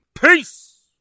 Peace